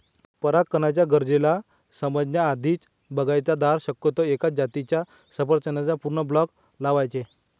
परागकणाच्या गरजेला समजण्या आधीच, बागायतदार शक्यतो एकाच जातीच्या सफरचंदाचा पूर्ण ब्लॉक लावायचे